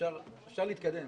אפשר להתקדם